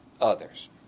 others